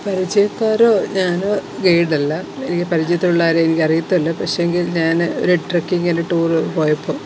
പരിചയക്കാരോ ഞാനോ ഗെയിടല്ല എനിക്ക് പരിചയത്തിലുള്ള ആരെയും എനിക്ക് അറിയത്തുമില്ല പക്ഷെങ്കിൽ ഞാന് ഒരു ട്രക്കിങ്ങിനു ടൂറ് പോയപ്പോള്